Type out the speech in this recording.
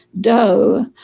dough